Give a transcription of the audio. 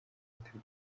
yitabye